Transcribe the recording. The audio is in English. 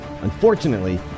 unfortunately